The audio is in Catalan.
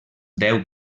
deu